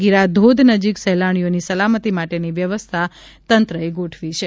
ગીરાધોધ નજીક સહેલાણીઓની સલામતી માટેની વ્યવસ્થા તંત્રએ ગોઠવી છે